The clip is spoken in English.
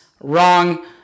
wrong